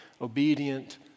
obedient